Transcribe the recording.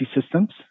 systems